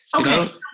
Okay